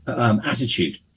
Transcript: attitude